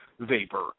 Vapor